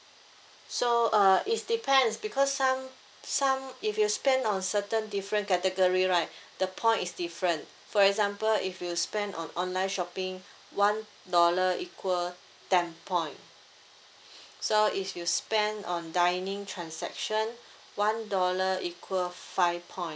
so uh it's depends because some some if you spend on certain different category right the point is different for example if you spend on online shopping one dollar equal ten point so if you spend on dining transaction one dollar equal five point